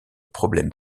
problèmes